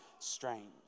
strange